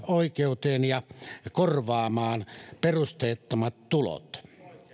oikeuteen ja korvaamaan perusteettomat tulot